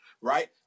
right